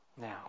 Now